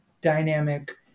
dynamic